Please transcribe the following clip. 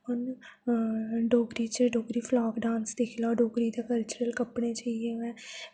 उन डोगरी च Dogri folk dance दिक्खी लाओ डोगरी दे कल्चर कपड़े च इ'ये ओह् ऐ